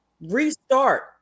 restart